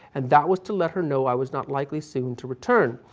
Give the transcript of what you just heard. and that was to let her know i was not likely soon to return.